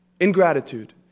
Ingratitude